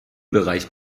bereich